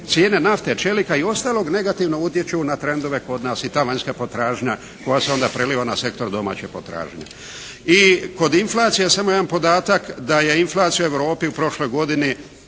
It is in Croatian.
cijene nafte, čelika i ostalog negativno utječu na trendove kod nas i ta vanjska potražnja koja se onda preliva na sektor domaće potražnje. I kod inflacije samo jedan podatak da je inflacija u Europi u prošloj godini